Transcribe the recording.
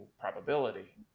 probability